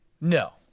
No